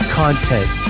content